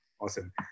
Awesome